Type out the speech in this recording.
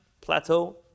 plateau